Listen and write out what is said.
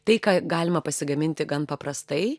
tai ką galima pasigaminti gan paprastai